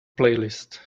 playlist